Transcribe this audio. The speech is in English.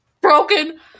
broken